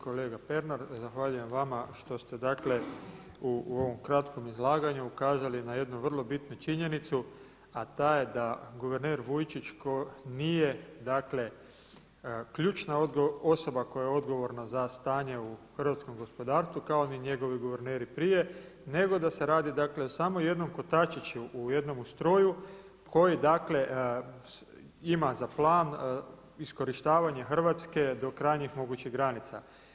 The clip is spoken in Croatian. Kolega Pernar zahvaljujem vama što ste dakle u ovom kratkom izlaganju ukazali na jednu vrlo bitnu činjenicu a ta je da guverner Vujčić koji nije ključna osoba koja je odgovorna za stanje u hrvatskom gospodarstvu kao ni njegovi guverneri prije, nego da se radi dakle samo o jednom kotačiću u jednome stroju koji dakle ima za plan iskorištavanje Hrvatske do krajnjih mogućih granica.